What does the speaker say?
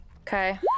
Okay